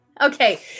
okay